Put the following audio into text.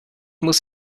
muss